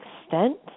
extent